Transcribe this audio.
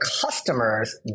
customers